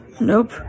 Nope